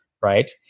right